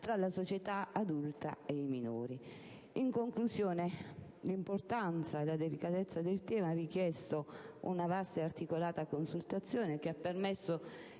tra la società adulta ed i minori. In conclusione, l'importanza e la delicatezza del tema ha richiesto una vasta e articolata consultazione che ha permesso